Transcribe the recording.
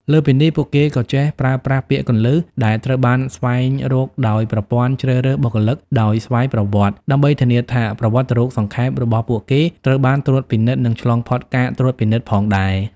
លើសពីនេះ ពួកគេក៏ចេះប្រើប្រាស់ពាក្យគន្លឹះ ដែលត្រូវបានស្វែងរកដោយប្រព័ន្ធជ្រើសរើសបុគ្គលិកដោយស្វ័យប្រវត្តិ ដើម្បីធានាថា ប្រវត្តិរូបសង្ខេប របស់ពួកគេត្រូវបានត្រួតពិនិត្យ និងឆ្លងផុតការត្រួតពិនិត្យផងដែរ។